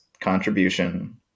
contribution